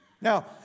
Now